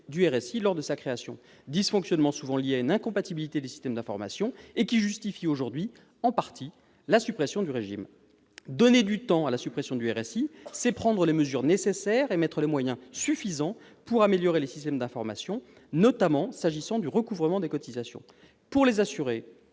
au RSI lors de sa création, dysfonctionnements souvent liés à une incompatibilité des systèmes d'information, et qui justifient aujourd'hui en partie la suppression du régime. Donner du temps à la suppression du RSI, c'est prendre les mesures nécessaires et mettre les moyens suffisants pour améliorer les systèmes d'information, notamment s'agissant du recouvrement des cotisations. Pour les assurés